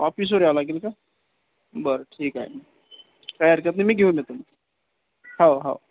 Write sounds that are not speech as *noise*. officer आला की *unintelligible* बरं ठीक आहे काही हरकत नाही मी घेऊन येतो हो हो